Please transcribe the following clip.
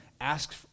ask